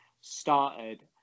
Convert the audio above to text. started